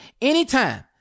anytime